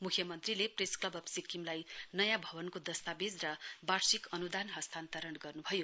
म्ख्यमन्त्रीले press club of सिक्किमलाई नयाँ भवनको दस्ताबेज र वार्षिक अनुदान हस्तान्तरण गर्नुभयो